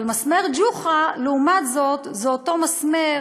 אבל מסמר ג'וחא, לעומת זאת, זה אותו מסמר